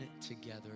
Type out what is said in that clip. together